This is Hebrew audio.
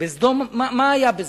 מה היה בסדום?